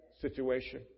situation